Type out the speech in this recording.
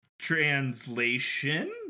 translation